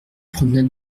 promenade